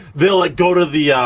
they like go to the,